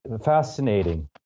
fascinating